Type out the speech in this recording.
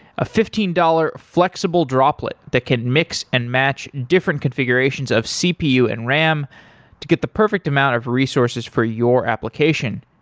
a fifteen dollars flexible droplet that can mix and match different configurations of cpu and ram to get the perfect amount of resources for your application.